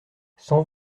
cent